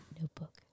Notebook